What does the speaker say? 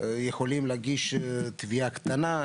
יכולים להגיש תביעה קטנה,